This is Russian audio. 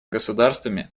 государствами